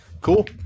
cool